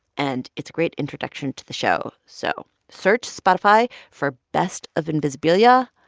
and it's a great introduction to the show. so search spotify for best of invisibilia.